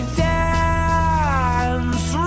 dance